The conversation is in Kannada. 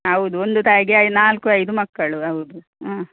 ಹೌದು ಒಂದು ತಾಯಿಗೆ ಐ ನಾಲ್ಕು ಐದು ಮಕ್ಕಳು ಹೌದು ಹಾಂ